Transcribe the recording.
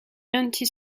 anti